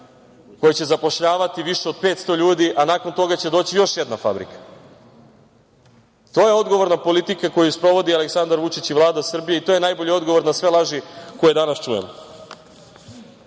koja će zapošljavati više od 500 ljudi, a nakon toga će doći još jedna fabrika. To je odgovorna politika koju sprovodi Aleksandar Vučić i Vlada Srbije i to je najbolji odgovor na sve laži koje danas čujemo. Sa